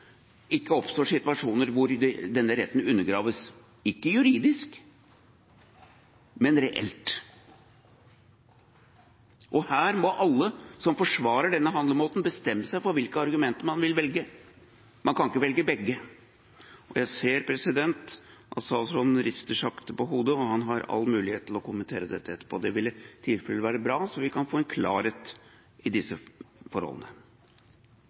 ikke oppstår situasjoner hvor denne retten undergraves – ikke juridisk, men reelt. Her må alle som forsvarer denne handlemåten, bestemme seg for hvilke argumenter man vil velge. Man kan ikke velge begge. Jeg ser at statsråden rister sakte på hodet, og han har all mulighet til å kommentere dette etterpå. Det ville i tilfelle være bra, så vi kan få en klarhet i disse forholdene.